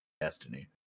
destiny